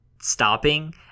Stopping